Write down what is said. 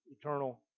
eternal